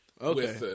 Okay